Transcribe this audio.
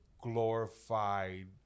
glorified